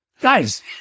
guys